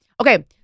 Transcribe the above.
Okay